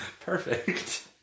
perfect